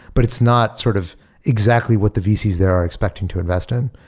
but it's not sort of exactly what the vcs they are expecting to invest in.